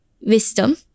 wisdom